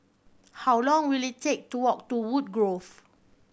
how long will it take to walk to Woodgrove